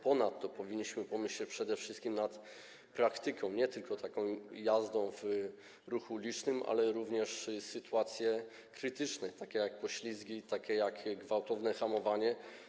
Ponadto powinniśmy pomyśleć przede wszystkim nad praktyką, nie tylko taką jazdą w ruchu ulicznym, ale również chodzi o sytuacje krytyczne takie jak poślizgi, gwałtowne hamowanie.